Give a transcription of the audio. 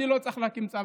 אני לא צריך להקים צבא,